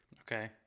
Okay